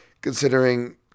Considering